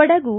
Kodagu